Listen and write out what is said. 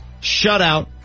shutout